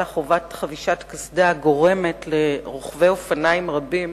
חובת חבישת קסדה גורמת לרוכבי אופניים רבים